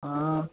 हाँ